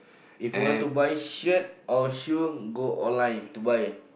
if you want to buy shirt or shoe go online to buy